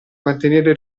mantenere